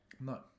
No